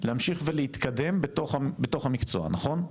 להמשיך ולהתקדם בתוך המקצוע, נכון?